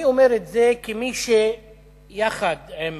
אני אומר את זה כמי שיחד עם